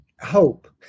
hope